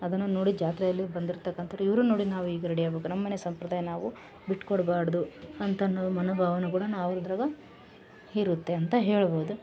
ಅದನ್ನ ನೋಡಿ ಜಾತ್ರೆಯಲ್ಲಿ ಬಂದಿರ್ತಕ್ಕಂಥವ್ರ್ ಇವ್ರನ್ನು ನೋಡಿ ನಾವು ಈಗ ರೆಡಿ ಆಗಬೇಕ ನಮ್ಮಮನೆ ಸಂಪ್ರದಾಯ ನಾವು ಬಿಟ್ಟು ಕೊಡಬಾಡ್ದು ಅಂತ ನಾವು ಮನೋಭಾವನ ಕೂಡ ನಾವು ಇದರಾಗ ಇರತ್ತೆ ಅಂತ ಹೇಳ್ಬೋದು